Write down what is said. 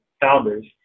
founders